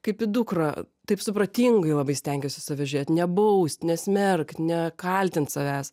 kaip į dukrą taip supratingai labai stengiuos į save žiūrėt nebaust nesmerkt nekaltint savęs